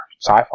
sci-fi